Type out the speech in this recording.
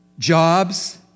Jobs